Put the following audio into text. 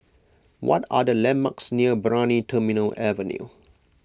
what are the landmarks near Brani Terminal Avenue